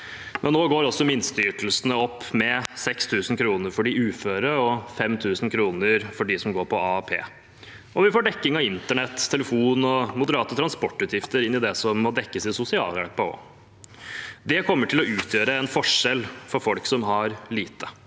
Men nå går også minsteytelsene opp, med 6 000 kr for de uføre og 5 000 kr for dem som går på AAP. Vi får også dekking av internett, telefon og moderate transportutgifter inn i det som må dekkes av sosialhjelpen. Det kommer til å utgjøre en forskjell for folk som har lite.